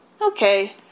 Okay